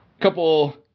couple